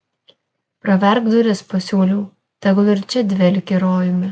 praverk duris pasiūliau tegul ir čia dvelkteli rojumi